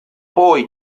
poi